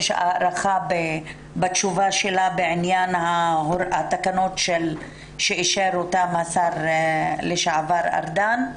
להאריך בתשובה שלה בעניין התקנות שאישר אותן השר לשעבר ארדן.